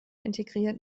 integriert